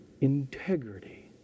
integrity